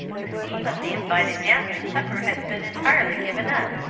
the scheme of the invited dance and supper has been entirely given up.